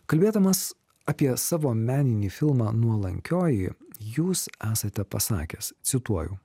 kalbėdamas apie savo meninį filmą nuolankioji jūs esate pasakęs cituoju